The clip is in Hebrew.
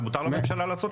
ומותר לממשלה לעשות את זה.